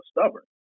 stubborn